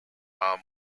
are